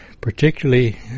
particularly